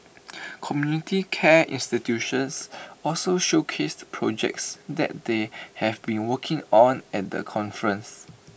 community care institutions also showcased projects that they have been working on at the conference